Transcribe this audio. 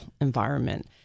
environment